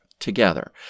together